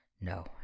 No